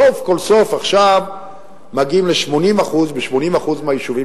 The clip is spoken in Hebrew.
סוף כל סוף עכשיו מגיעים ל-80% ב-80% מהיישובים,